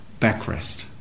backrest